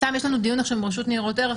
יש לנו עכשיו דיון עם הרשות לניירות ערך,